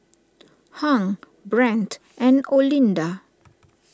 Hung Brent and Olinda